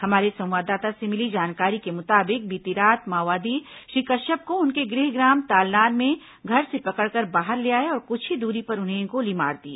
हमारे संवाददाता से मिली जानकारी के मुताबिक बीती रात माओवादी श्री कश्यप को उनके गृहग्राम तालनार में घर से पकड़कर बाहर ले गए और कुछ ही दूरी पर उन्हें गोली मार दी